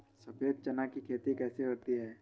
सफेद चना की खेती कैसे होती है?